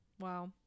Wow